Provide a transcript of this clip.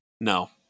no